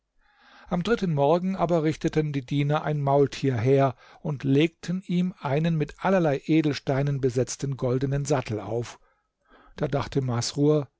am dritten morgen aber richteten die diener ein maultier her und legten ihm einen mit allerlei edelsteinen besetzten goldenen sattel auf da dachte masrur